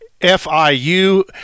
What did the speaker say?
FIU